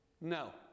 No